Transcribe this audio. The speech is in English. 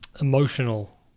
emotional